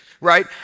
Right